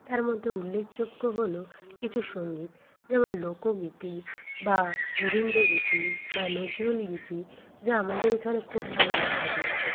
তার মধ্যে উল্লেখযোগ্য হলো কিছু সংগীত যেমন লোকগীতি বা রবীন্দ্রগীতি বা নজরুলগীতি যা আমাদের এখানে খুব চল দেখা গিয়েছে